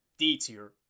D-tier